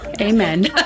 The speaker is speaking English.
Amen